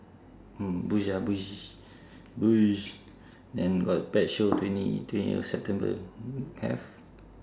mm bush ah bush bush then got pet show twenty twenty of september have